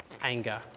anger